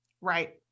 Right